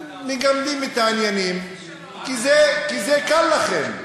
מגמדים את העניינים כי זה קל לכם,